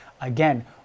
again